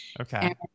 Okay